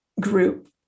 group